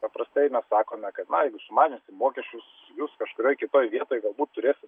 paprastai mes sakome kad na jeigu sumažinsim mokesčius jūs kažkurioj kitoj vietoj galbūt turėsit